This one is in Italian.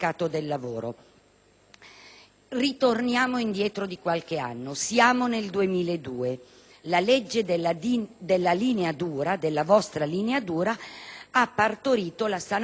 Ritorniamo indietro, quindi, di qualche anno. Siamo nel 2002. La legge della vostra linea dura ha partorito la sanatoria più generosa